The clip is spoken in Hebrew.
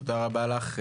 רבה לך,